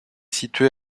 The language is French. située